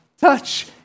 touch